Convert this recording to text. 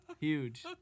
Huge